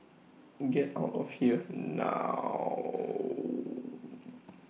get out of here now